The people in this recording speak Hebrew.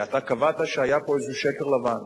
אתה קבעת שהיה פה איזה שקר לבן.